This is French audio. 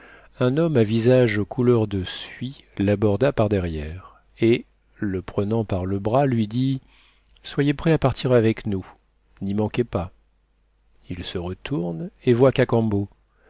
un homme à visage couleur de suie l'aborda par derrière et le prenant par le bras lui dit soyez prêt à partir avec nous n'y manquez pas il se retourne et voit cacambo